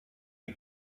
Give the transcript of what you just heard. die